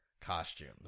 costumes